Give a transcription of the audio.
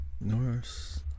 Norse